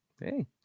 Hey